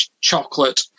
chocolate